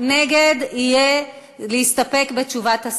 נגד יהיה להסתפק בתשובת השר,